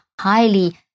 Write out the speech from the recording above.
highly